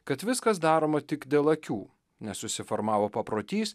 kad viskas daroma tik dėl akių nes susiformavo paprotys